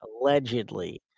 allegedly